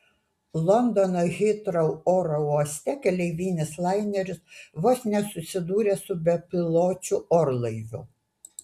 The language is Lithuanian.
londono hitrou oro uoste keleivinis laineris vos nesusidūrė su bepiločiu orlaiviu